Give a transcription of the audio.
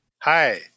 Hi